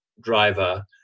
driver